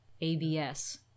Abs